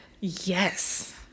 yes